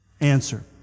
answer